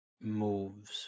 moves